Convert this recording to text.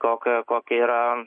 kokia kokia yra